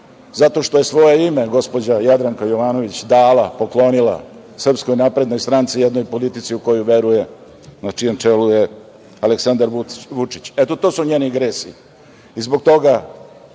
zato što je svoje ime gospođa Jadranka Jovanović dala, poklonila SNS, jednoj politici u koju veruje na čijem čelu je Aleksandar Vučić. Eto, to su njeni grasi